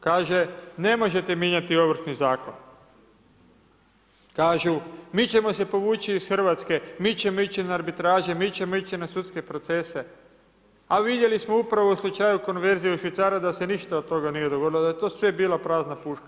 Kaže ne možete mijenjati Ovršni zakon, kažu mi ćemo se povući iz Hrvatske, mi ćemo ići na arbitraže, mi ćemo ići na sudske procese, a vidjeli smo upravo u slučaju konverzije u švicarac da se ništa od toga nije dogodilo, da je to sve bila prazna puška.